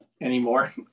anymore